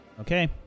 Okay